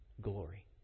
glory